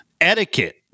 etiquette